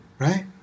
Right